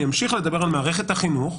אני כן אמשיך לדבר על מערכת החינוך,